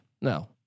No